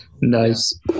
Nice